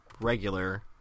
regular